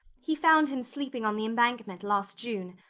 he found him sleeping on the embankment last june.